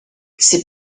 ses